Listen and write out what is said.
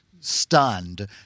stunned